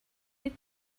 die